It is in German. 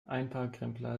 einparkrempler